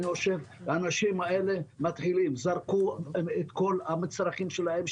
האנשים האלה זרקו את כל המצרכים שלהם,